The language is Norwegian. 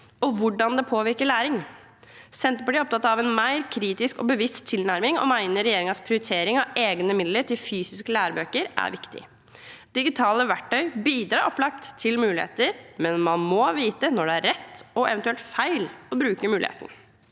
og hvordan det påvirker læring. Senterpartiet er opptatt av en mer kritisk og bevisst tilnærming og mener regjeringens prioritering av egne midler til fysiske lærebøker er viktig. Digitale verktøy bidrar opplagt til muligheter, men man må vite når det er rett og eventuelt feil å bruke muligheten.